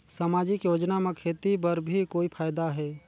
समाजिक योजना म खेती बर भी कोई फायदा है?